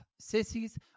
Sissies